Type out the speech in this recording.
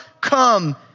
come